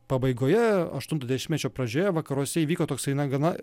pabaigoje aštunto dešimtmečio pradžioje vakaruose įvyko toksai na gana